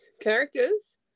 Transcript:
characters